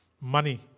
Money